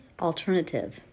alternative